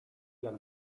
jak